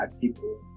people